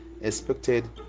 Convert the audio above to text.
expected